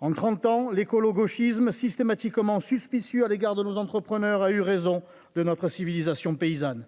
En trente ans, l’écolo gauchisme, systématiquement suspicieux à l’égard de nos entrepreneurs, a eu raison de notre civilisation paysanne.